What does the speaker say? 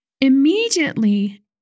immediately